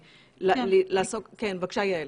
בבקשה, יעל.